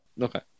okay